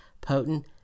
potent